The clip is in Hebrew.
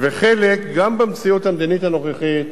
גם במציאות המדינית הנוכחית,